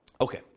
Okay